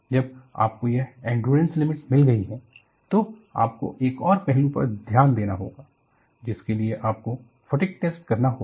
जब आपको यह एंड्यूरेंस लिमिट मिल गई है तो आपको एक और पहलू पर ध्यान देना होगा जिसके लिए आपको फटिग टेस्ट करना होगा